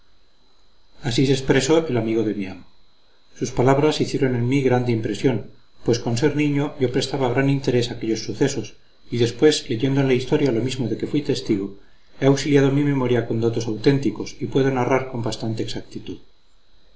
así se expresó el amigo de mi amo sus palabras hicieron en mí grande impresión pues con ser niño yo prestaba gran interés a aquellos sucesos y después leyendo en la historia lo mismo de que fui testigo he auxiliado mi memoria con datos auténticos y puedo narrar con bastante exactitud